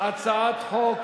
הצעת חוק